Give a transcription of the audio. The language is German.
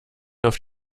auf